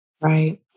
Right